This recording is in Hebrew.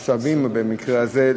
או סבים במקרה הזה,